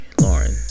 Lauren